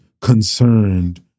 concerned